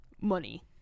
money